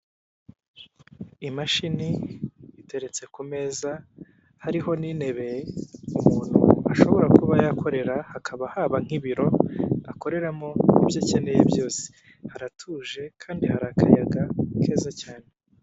Imashini iteretse ku meza hariho n'intebe umuntu ashobora kuba yakorera hakaba haba nk'ibiro akoreramo ibyo akeneye byose, haratuje kandi hari akayaga keza cyane.